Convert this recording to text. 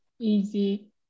easy